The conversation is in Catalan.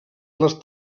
les